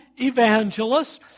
evangelists